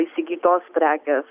įsigytos prekės